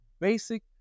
basic